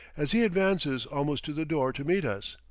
as he advances almost to the door to meet us,